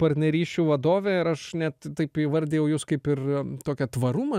partnerysčių vadovė ir aš net taip įvardijau jus kaip ir tokią tvarumą